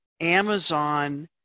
Amazon